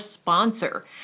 sponsor